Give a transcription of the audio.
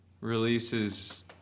releases